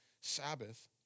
Sabbath